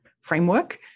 framework